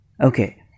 Okay